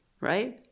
right